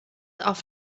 auf